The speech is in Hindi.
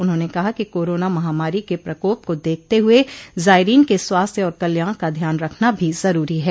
उन्होंने कहा कि कोरोना महामारी के प्रकोप को देखते हए जायरीन के स्वास्थ्य और कल्याण का ध्यान रखना भी जरूरी है